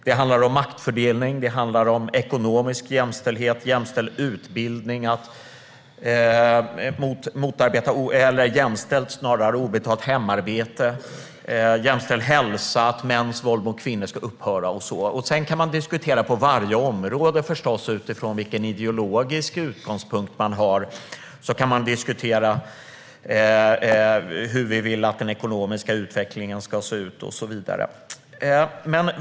Det handlar om maktfördelning, ekonomisk jämställdhet, jämställd utbildning, jämställt obetalt hemarbete, jämställd hälsa och att mäns våld mot kvinnor ska upphöra. Sedan kan man förstås diskutera på varje område. Utifrån vilken ideologisk utgångspunkt man har kan man diskutera hur vi vill att den ekonomiska utvecklingen ska se ut, och så vidare.